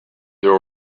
there